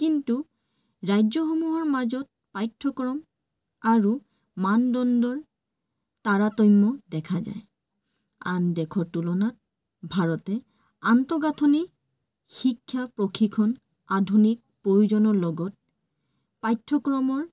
কিন্তু ৰাজ্যসমূহৰ মাজত পাঠ্যক্ৰম আৰু মানদণ্ডৰ তাৰতম্য দেখা যায় আন দেশৰ তুলনাত ভাৰতে আন্তঃগাঁথনি শিক্ষা প্ৰশিক্ষণ আধুনিক প্ৰয়োজনৰ লগত পাঠ্যক্ৰমৰ